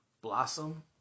blossom